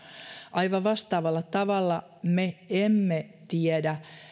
aivan vastaavalla tavalla me emme tiedä